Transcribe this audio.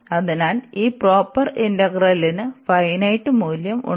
അതിനാൽ ഈ പ്രോപ്പർ ഇന്റഗ്രലിന് ഫൈനെറ്റ് മൂല്യം ഉണ്ട്